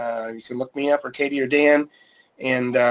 you can look me up or katie or dan and